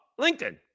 LinkedIn